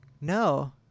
No